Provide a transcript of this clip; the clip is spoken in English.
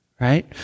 right